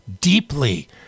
deeply